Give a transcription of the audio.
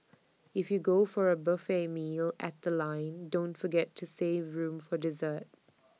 if you go for A buffet meal at The Line don't forget to save room for dessert